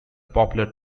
popular